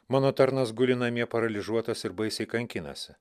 mano tarnas guli namie paralyžiuotas ir baisiai kankinasi